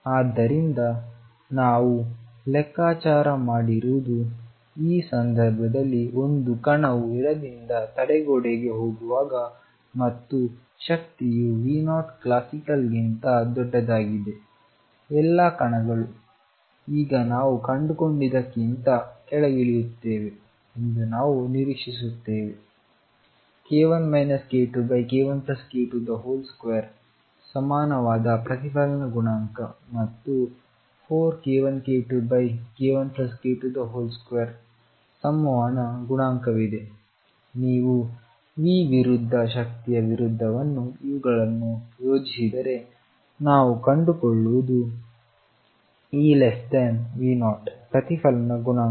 ಆದ್ದರಿಂದ ನಾವು ಲೆಕ್ಕಾಚಾರ ಮಾಡಿರುವುದು ಈ ಸಂದರ್ಭದಲ್ಲಿ ಒಂದು ಕಣವು ಎಡದಿಂದ ತಡೆಗೋಡೆಗೆ ಹೋಗುವಾಗ ಮತ್ತು ಶಕ್ತಿಯು V0 ಕ್ಲಾಸಿಕಲ್ ಗಿಂತ ದೊಡ್ಡದಾಗಿದೆ ಎಲ್ಲಾ ಕಣಗಳು ಈಗ ನಾವು ಕಂಡುಕೊಂಡದ್ದಕ್ಕಿಂತ ಕೆಳಗಿಳಿಯುತ್ತವೆ ಎಂದು ನಾವು ನಿರೀಕ್ಷಿಸುತ್ತೇವೆ k1 k2 k1k22 ಗೆ ಸಮಾನವಾದ ಪ್ರತಿಫಲನ ಗುಣಾಂಕ ಮತ್ತು 4k1k2 k1k22 ರ ಸಂವಹನ ಗುಣಾಂಕವಿದೆ ನೀವು V ವಿರುದ್ಧ ಶಕ್ತಿಯ ವಿರುದ್ಧ ಇವುಗಳನ್ನು ಯೋಜಿಸಿದರೆ ನಾವು ಕಂಡುಕೊಳ್ಳುವುದು EV0 ಪ್ರತಿಫಲನ ಗುಣಾಂಕ